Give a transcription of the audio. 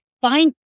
find